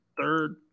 third